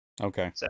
Okay